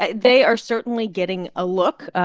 ah they are certainly getting a look.